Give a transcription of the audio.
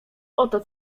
oto